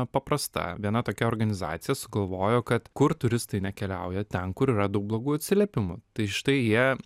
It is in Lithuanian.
paprasta viena tokia organizacija sugalvojo kad kur turistai nekeliauja ten kur yra daug blogų atsiliepimų tai štai jie